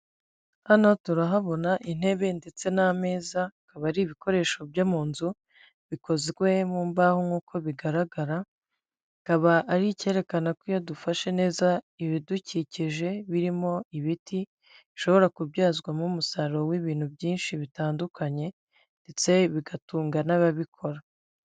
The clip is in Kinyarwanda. Hano turahabona intebe ndetse n'ameza akaba ari ibikoresho byo mu nzu bikozwe mu mbaho nk'uko bigaragara, bikaba ari icyerekana ko iyo dufashe neza ibidukikije birimo ibiti bishobora kubyazwamo umusaruro w'ibintu byinshi bitandukanye ndetse bigatunga n'ababikora.